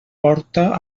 porta